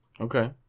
Okay